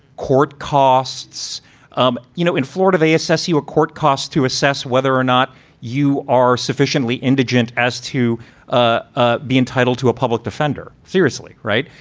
court costs um you know, in florida, they assess you, a court costs to assess whether or not you are sufficiently indigent as to ah ah be entitled to a public defender. seriously? right.